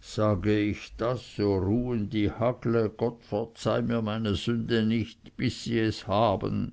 sage er das so ruhten die hagle gott verzeih mir meine sünde nicht bis sie es haben